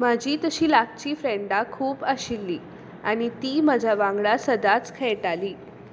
म्हाजी तशी लागचीं फ्रॅंडां खूब आशिल्लीं आनी तीं म्हज्या वांगडा सदांच खेळटालीं